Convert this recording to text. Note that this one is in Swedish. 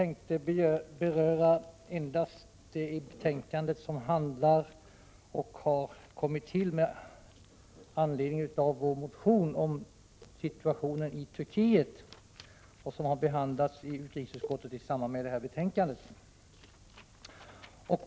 Herr talman! Jag tänker beröra vår motion om situationen i Turkiet som behandlas av utrikesutskottet i detta betänkande.